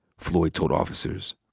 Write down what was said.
floyd told officers.